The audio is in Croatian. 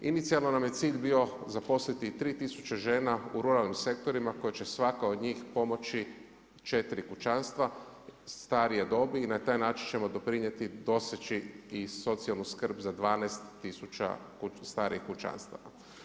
Inicijalno nam je cilj bio zaposliti 3000 žena u ruralnim sektorima koje će svaka od njih pomoći 4 kućanstva starije dobi i na taj način ćemo doprinijeti, doseći i socijalnu skrb za 12000 starijih kućanstava.